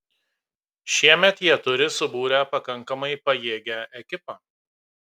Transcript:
šiemet jie turi subūrę pakankamai pajėgią ekipą